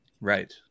Right